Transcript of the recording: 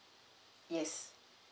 yes